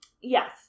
Yes